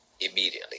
immediately